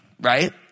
right